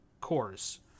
Cores